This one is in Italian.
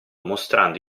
mostrando